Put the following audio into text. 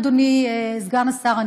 אדוני סגן השר,